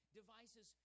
devices